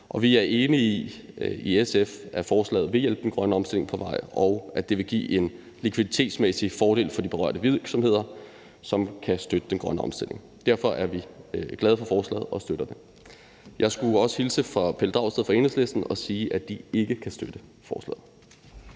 er vi enige i, at forslaget vil hjælpe den grønne omstilling på vej, og at det vil give en likviditetsmæssig fordel for de berørte virksomheder, som kan støtte den grønne omstilling. Derfor er vi glade for forslaget og støtter det. Jeg skulle også hilse fra hr. Pelle Dragsted fra Enhedslisten og sige, at de ikke kan støtte forslaget.